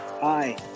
hi